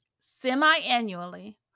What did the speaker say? semi-annually